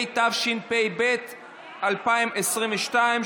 התשפ"ב 2022,